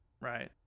right